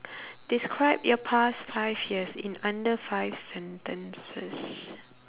describe your past five years in under five sentences